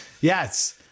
Yes